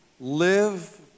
Live